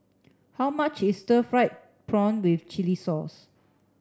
how much is stir fried prawn with chili sauce